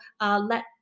let